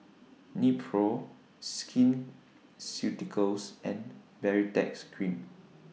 Nepro Skin Ceuticals and Baritex Cream